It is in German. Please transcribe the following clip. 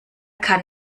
kann